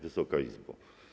Wysoka Izbo!